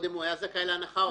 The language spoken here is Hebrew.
הוא היה זכאי קודם להנחה?